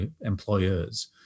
employers